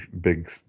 big